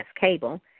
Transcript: Cable